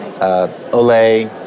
Olay